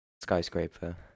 Skyscraper